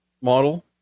model